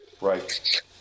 right